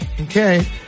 Okay